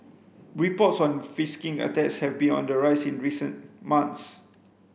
reports on attacks have been on the rise in recent months